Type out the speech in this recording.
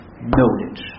knowledge